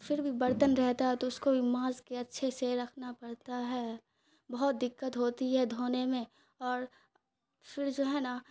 پھر بھی برتن رہتا ہے تو اس کو بھی ماج کے اچھے سے رکھنا پڑتا ہے بہت دقت ہوتی ہے دھونے میں اور پھر جو ہے نا